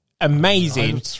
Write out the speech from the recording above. amazing